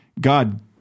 God